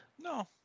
No